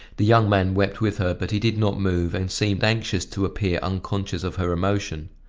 the young man wept with her, but he did not move and seemed anxious to appear unconscious of her emotion.